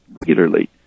regularly